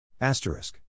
Asterisk